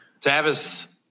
Tavis